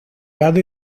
lado